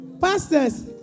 pastors